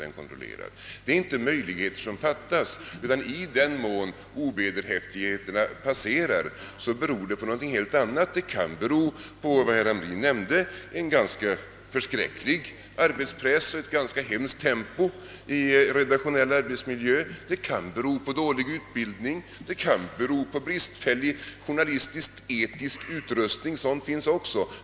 Det är sålunda inte möjligheter som saknas härvidlag, utan i den mån ovederhäftigheten passerar beror det på något helt annat. Det kan bero på det som herr Hamrin i Jönköping nämnde, nämligen en ganska förskräcklig arbetspress och ett ganska hemskt tempo i redaktionell arbetsmiljö. Det kan bero på dålig utbildning, på bristfällig journalistisk-etisk utrustning — sådant förekommer också.